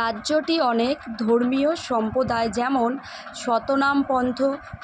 রাজ্যটি অনেক ধর্মীয় সম্প্রদায় যেমন সৎনামপন্থ